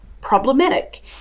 problematic